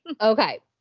Okay